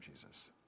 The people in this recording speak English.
Jesus